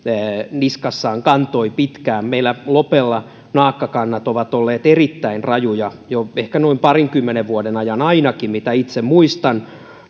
niskassaan kantoi pitkään meillä lopella naakkakannat ovat olleet erittäin rajuja jo ehkä noin parinkymmenen vuoden ajan ainakin mitä itse muistan